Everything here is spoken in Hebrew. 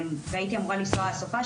והייתי אמורה לנסוע בסופ"ש,